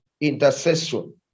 intercession